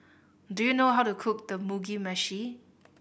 do you know how to cook the Mugi Meshi